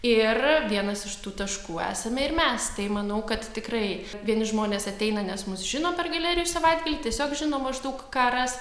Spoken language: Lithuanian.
ir vienas iš tų taškų esame ir mes tai manau kad tikrai vieni žmonės ateina nes mus žino per galerijų savaitgalį tiesiog žino maždaug ką ras